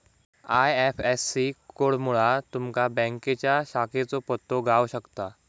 IFSC कोडमुळा तुमका बँकेच्या शाखेचो पत्तो गाव शकता